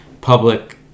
public